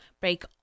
break